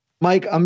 Mike